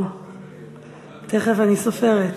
תכף, אני סופרת.